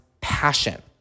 passion